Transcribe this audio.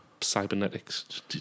cybernetics